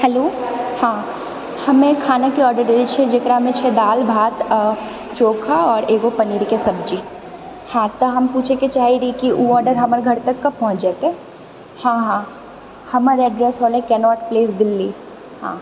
hello हाँ हमे खानाके ऑडर देले छिए जकरामे छै दाल भात चोखा आओर एगो पनीरके सब्जी हाँ तऽ हम पूछैके चाहै रही कि ओ ऑडर हमर घर तक कब पहुँच जेतै हाँ हाँ हमर एड्रेस भेलै कनॉट प्लेस दिल्ली हाँ